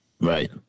right